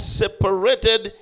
separated